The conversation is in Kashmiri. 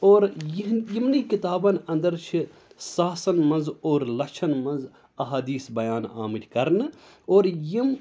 اور یِمنٕے کِتابَن انٛدر چھِ ساسَن مَنٛز اور لَچھَن مَنٛز احادیٖث بَیان آمٕتۍ کَرنہٕ اور یِم